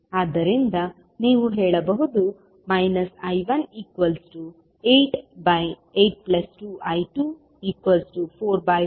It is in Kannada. ಆದ್ದರಿಂದ ನೀವು ಹೇಳಬಹುದು I1882I245I2 y12I1V2 45I285I2 0